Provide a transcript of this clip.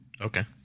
Okay